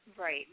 Right